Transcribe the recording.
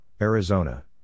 Arizona